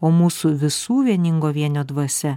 o mūsų visų vieningo vienio dvasia